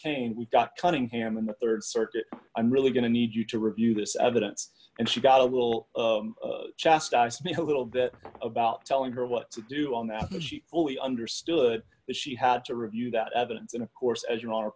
cane we've got cunningham in the rd circuit i'm really going to need you to review this evidence and she got a little chastised me a little bit about telling her what to do on that is she fully understood that she had to review that evidence and of course as your hon